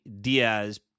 Diaz